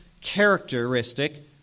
characteristic